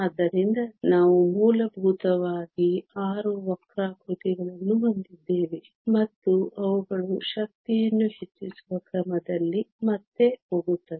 ಆದ್ದರಿಂದ ನಾವು ಮೂಲಭೂತವಾಗಿ 6 ವಕ್ರಾಕೃತಿಗಳನ್ನು ಹೊಂದಿದ್ದೇವೆ ಮತ್ತು ಅವುಗಳು ಶಕ್ತಿಯನ್ನು ಹೆಚ್ಚಿಸುವ ಕ್ರಮದಲ್ಲಿ ಮತ್ತೆ ಹೋಗುತ್ತವೆ